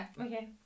okay